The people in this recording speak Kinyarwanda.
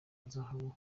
zahabu